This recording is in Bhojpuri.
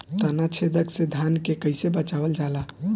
ताना छेदक से धान के कइसे बचावल जाला?